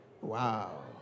Wow